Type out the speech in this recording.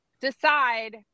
decide